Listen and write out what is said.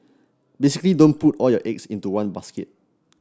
basically don't put all your eggs into one basket